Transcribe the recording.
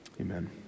amen